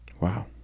Wow